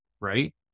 right